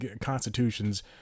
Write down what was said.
constitutions